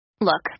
Look